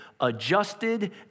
adjusted